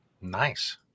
Nice